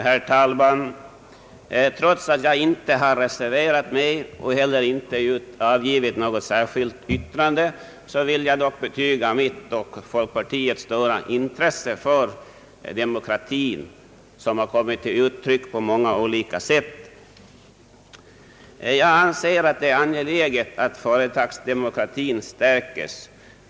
Herr talman! Trots att jag inte har reserverat mig och inte heller avgivit något särskilt yttrande vill jag dock betyga mitt och folkpartiets stora intresse för företagsdemokratin, som kommit till uttryck på många olika sätt. Jag anser att det är angeläget att företagsdemokratin stärks.